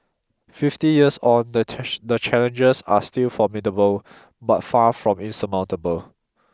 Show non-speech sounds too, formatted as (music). fifty years on the (unintelligible) the challenges are still formidable but far from insurmountable